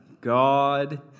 God